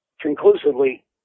conclusively